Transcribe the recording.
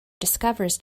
discovers